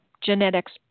Genetics